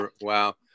Wow